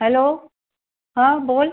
hello हा बोल